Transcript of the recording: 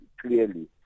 clearly